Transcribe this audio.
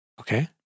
Okay